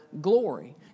glory